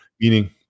Meaning